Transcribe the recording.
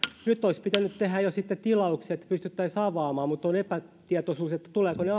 nyt olisi pitänyt tehdä jo sitten tilaukset että pystyttäisiin avaamaan mutta on epätietoisuus että tulevatko ne